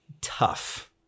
tough